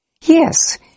Yes